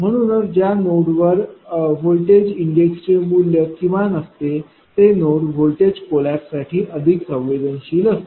म्हणूनच ज्या नोडवर व्होल्टेज इंडेक्सचे मूल्य किमान असते ते नोड व्होल्टेज कोलैप्स साठी अधिक संवेदनशील असते